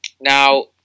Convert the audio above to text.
now